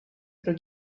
pro